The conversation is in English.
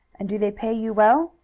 and do they pay you well?